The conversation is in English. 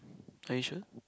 are you sure